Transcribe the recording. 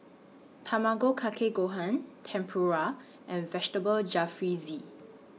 Tamago Kake Gohan Tempura and Vegetable Jalfrezi